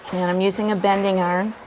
and i'm using a bending iron,